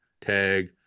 tag